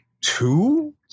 Two